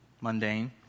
mundane